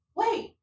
wait